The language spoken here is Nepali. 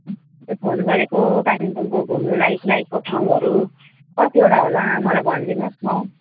अन्त फोन गरेको कालिम्पोङको घुम्नुलाइक लाइकको ठाउँहरू कतिवटा होला मलाई भनिदिनु होस् न हौ